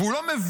והוא לא מבין,